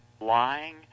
lying